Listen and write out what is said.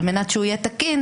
על מנת שהוא יהיה תקין,